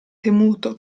temuto